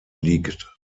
liegt